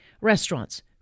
Restaurants